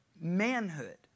manhood